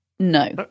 No